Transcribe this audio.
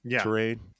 terrain